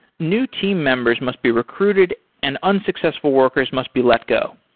new team members must be recruited and unsuccessful workers must be let go.